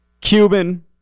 Cuban